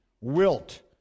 Wilt